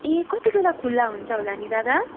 ए कति बेला खुला हुन्छ होला नि दादा